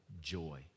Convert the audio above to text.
joy